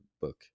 book